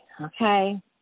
okay